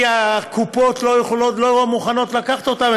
כי הקופות לא מוכנות לקחת אותם,